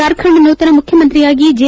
ಜಾರ್ಖಂಡ್ ನೂತನ ಮುಖ್ಯಮಂತ್ರಿಯಾಗಿ ಜೆ